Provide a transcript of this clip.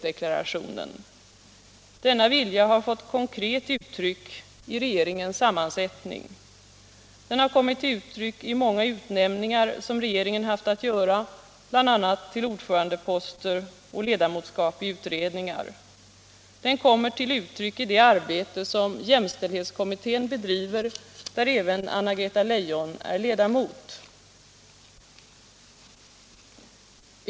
Denna vilja har fått konkret uttryck i regeringens sammansättning. Den har kommit till uttryck i många utnämningar som regeringen haft att göra, bl.a. till ordförandeposter och ledamotskap i utredningar. Den kommer till uttryck i det arbete som jämställdhetskommittén bedriver, där även Anna-Greta Leijon är ledamot.